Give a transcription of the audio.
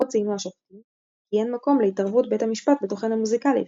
עוד ציינו השופטים כי אין מקום להתערבות בית המשפט בתוכן המוזיקלי,